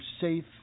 safe